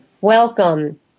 Welcome